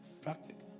practical